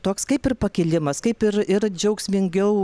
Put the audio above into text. toks kaip ir pakilimas kaip ir ir džiaugsmingiau